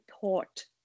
thought